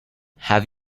have